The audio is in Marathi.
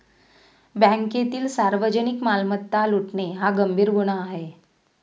बँकेतील सार्वजनिक मालमत्ता लुटणे हा गंभीर गुन्हा आहे